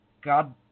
God